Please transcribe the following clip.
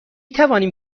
توانیم